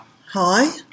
Hi